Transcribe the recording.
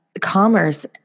commerce